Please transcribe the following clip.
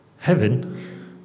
Heaven